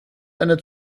eine